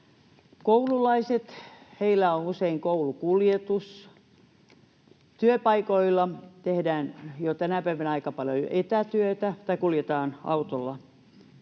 Koululaisilla on usein koulukuljetus. Työpaikoilla tehdään tänä päivänä jo aika paljon etätyötä, tai kuljetaan autolla